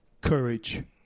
courage